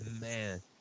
man